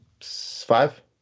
five